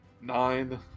Nine